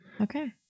Okay